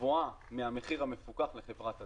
גבוהה מהמחיר המפוקח לחברת הדואר.